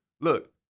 Look